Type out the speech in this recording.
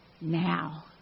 now